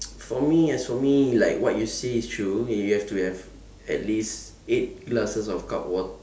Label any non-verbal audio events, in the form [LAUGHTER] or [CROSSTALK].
[NOISE] for me as for me like what you say is true you have to have at least eight glasses of cup wat~